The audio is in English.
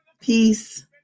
Peace